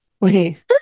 Wait